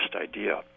idea